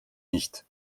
nicht